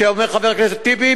כמו שאומר חבר הכנסת טיבי,